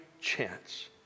chance